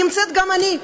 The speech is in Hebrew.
נמצאת גם אני,